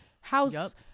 house